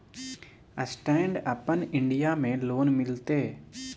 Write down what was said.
Stand अपन India में लोन मिलते?